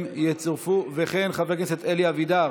הם יצורפו וכן, חבר הכנסת אלי אבידר,